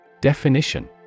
Definition